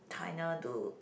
China to